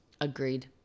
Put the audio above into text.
Agreed